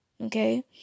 okay